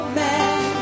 man